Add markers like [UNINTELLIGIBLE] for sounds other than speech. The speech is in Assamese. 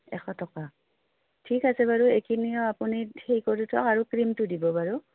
এশ টকা ঠিক আছে বাৰু এইখিনিও আপুনি [UNINTELLIGIBLE] ক্ৰীমটো দিব বাৰু